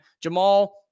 Jamal